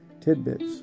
tidbits